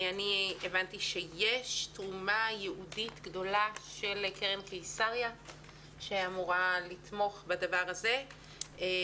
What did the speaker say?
הבנתי שיש תרומה ייעודית גדולה של קרן קיסריה שאמורה לתמוך בדבר הזה,